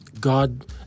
God